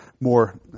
more